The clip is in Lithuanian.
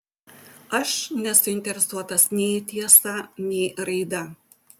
aš nesuinteresuotas nei tiesa nei raida